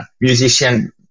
musician